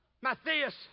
Matthias